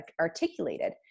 articulated